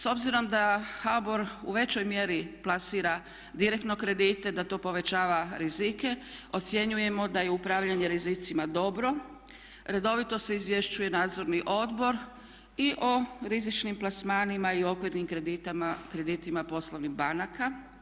S obzirom da HBOR u većoj mjeri plasira direktno kredite, da to povećava rizike ocjenjujemo da je upravljanje rizicima dobro, redovito se izvješćuje nadzorni odbor i o rizičnim plasmanima i okvirnim kreditima poslovnih banaka.